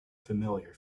familiar